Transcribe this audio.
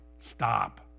stop